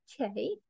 okay